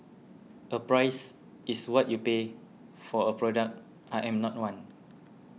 a 'price' is what you pay for a product I am not one